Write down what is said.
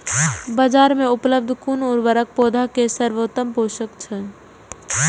बाजार में उपलब्ध कुन उर्वरक पौधा के सर्वोत्तम पोषक अछि?